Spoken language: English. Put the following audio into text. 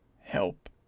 help